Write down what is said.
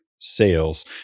sales